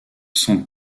son